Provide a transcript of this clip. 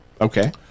Okay